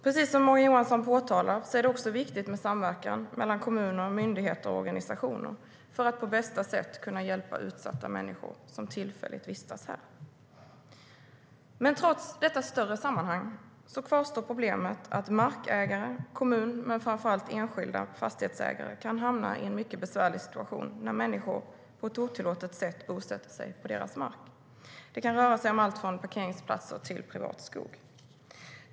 Precis som Morgan Johansson påpekar är det viktigt med samverkan mellan kommuner, myndigheter och organisationer för att på bästa sätt kunna hjälpa utsatta människor som tillfälligt vistas här. Trots detta större sammanhang kvarstår problemet att markägare - kommuner men framför allt enskilda fastighetsägare - kan hamna i en mycket besvärlig situation när människor på ett otillåtet sätt bosätter sig på deras mark. Det kan röra sig om allt från parkeringsplatser till privat skog.